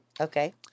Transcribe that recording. Okay